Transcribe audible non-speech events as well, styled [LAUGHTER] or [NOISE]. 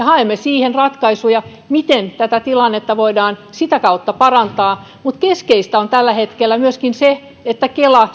[UNINTELLIGIBLE] haemme siihen ratkaisuja miten tätä tilannetta voidaan sitä kautta parantaa mutta keskeistä on tällä hetkellä myöskin se että kela